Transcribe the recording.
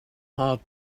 heart